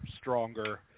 stronger